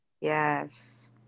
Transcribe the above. Yes